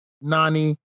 Nani